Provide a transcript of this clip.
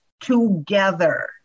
together